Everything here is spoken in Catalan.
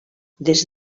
des